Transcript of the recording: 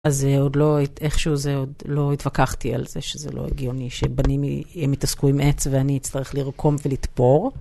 אז עוד לא, איכשהו זה עוד לא התווכחתי על זה שזה לא הגיוני שבנים יתעסקו עם עץ ואני אצטרך לרקום ולתפור.